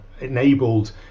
enabled